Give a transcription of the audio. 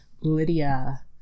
lydia